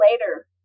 later